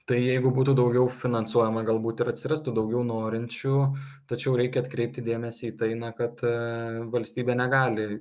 tai jeigu būtų daugiau finansuojama galbūt ir atsirastų daugiau norinčių tačiau reikia atkreipti dėmesį į tai na kad valstybė negali